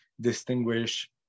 distinguish